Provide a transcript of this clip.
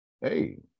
hey